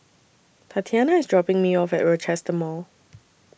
Tatianna IS dropping Me off At Rochester Mall